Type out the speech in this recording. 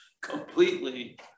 completely